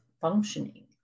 functioning